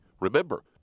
remember